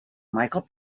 michael